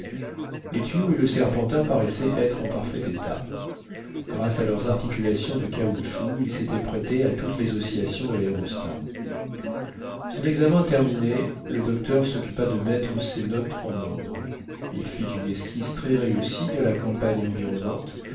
les tuyaux et le serpentin paraissaient être en parfait état grâce à leurs articulations de caoutchouc ils s'étaient prêtés à toutes les oscillations de laérostat son examen terminé le docteur soccupa de mettre ses notes en ordre il fit une esquisse très réussie de la campagne environnante